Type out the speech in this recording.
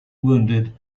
wounded